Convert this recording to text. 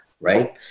Right